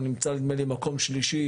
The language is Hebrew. הוא נמצא נדמה לי במקום שלישי,